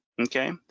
okay